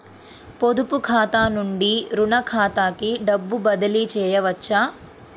పొదుపు ఖాతా నుండీ, రుణ ఖాతాకి డబ్బు బదిలీ చేయవచ్చా?